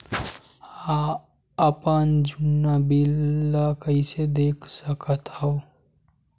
अपन जुन्ना बिल ला कइसे देख सकत हाव?